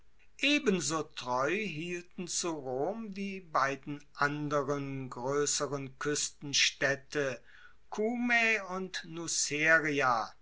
ebenso treu hielten zu rom die beiden anderen groesseren kuestenstaedte cumae und nuceria